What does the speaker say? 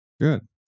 Good